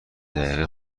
دقیقه